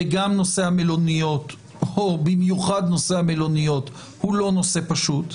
וגם נושא המלוניות ובמיוחד נושא המלוניות הוא לא נושא פשוט,